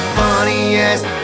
funniest